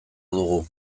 dugu